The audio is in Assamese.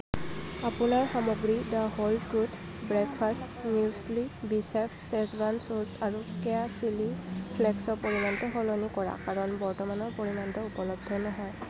আপোনাৰ সামগ্ৰী the whole truth breakfast muesli বিচেফ শ্বেজৱান চচ আৰু কেয়া চিলি ফ্লেকছৰ পৰিমাণটো সলনি কৰা কাৰণ বৰ্তমানৰ পৰিমাণটো উপলব্ধ নহয়